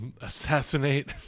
assassinate